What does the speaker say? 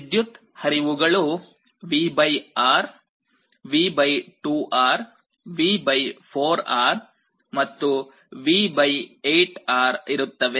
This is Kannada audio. ವಿದ್ಯುತ್ ಹರಿವುಗಳು V R V 2R V 4R ಮತ್ತು V 8 R ಇರುತ್ತವೆ